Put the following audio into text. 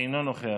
אינו נוכח,